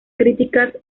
críticas